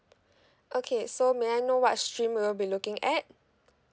okay so may I know what stream will you be looking at